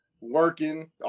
working